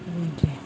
बेबायदि